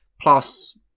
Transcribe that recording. plus